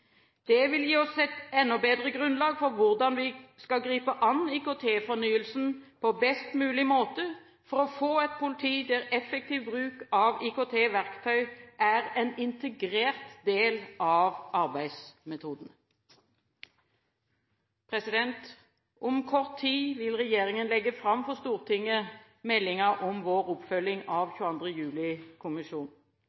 vil gi oss et enda bedre grunnlag for hvordan vi skal gripe an IKT-fornyelsen på best mulig måte for å få et politi der effektiv bruk av IKT-verktøy er en integrert del av arbeidsmetodene. Om kort tid vil regjeringen legge fram for Stortinget meldingen om vår oppfølging av